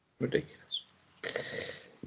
Ridiculous